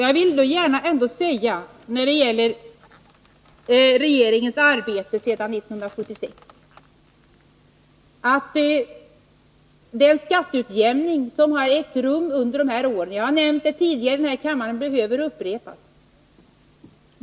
Jag vill gärna när det gäller regeringens arbete sedan 1976 säga att den skatteutjämning som har ägt rum under de här åren — som jag tidigare har nämnt här i kammaren — behöver upprepas.